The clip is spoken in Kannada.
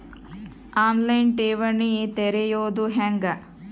ಆನ್ ಲೈನ್ ಠೇವಣಿ ತೆರೆಯೋದು ಹೆಂಗ?